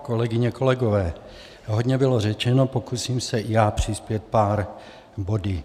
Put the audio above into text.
Kolegyně, kolegové, hodně bylo řečeno, pokusím se i já přispět pár body.